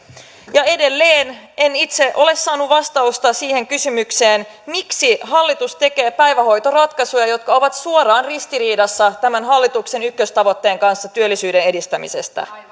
ja edelleen en itse ole saanut vastausta siihen kysymykseen miksi hallitus tekee päivähoitoratkaisuja jotka ovat suoraan ristiriidassa tämän hallituksen ykköstavoitteen kanssa työllisyyden edistämisestä